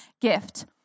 gift